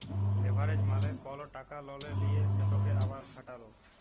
leverage মালে কল টাকা ললে লিঁয়ে সেটকে আবার খাটালো